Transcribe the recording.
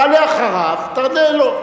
תעלה אחריו, תענה לו.